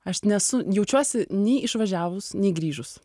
aš nesu jaučiuosi nei išvažiavus nei grįžus